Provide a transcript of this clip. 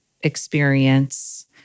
experience